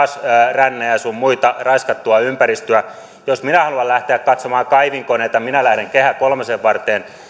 rännejä sun muita raiskattua ympäristöä jos minä haluan lähteä katsomaan kaivinkoneita minä lähden kehä kolmosen varteen